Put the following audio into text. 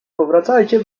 powracajcie